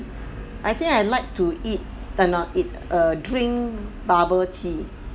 I think I like to eat err not eat err drink bubble tea